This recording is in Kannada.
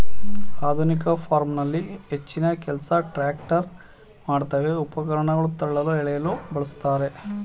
ಆಧುನಿಕ ಫಾರ್ಮಲ್ಲಿ ಹೆಚ್ಚಿನಕೆಲ್ಸ ಟ್ರ್ಯಾಕ್ಟರ್ ಮಾಡ್ತವೆ ಉಪಕರಣ ತಳ್ಳಲು ಎಳೆಯಲು ಬಳುಸ್ತಾರೆ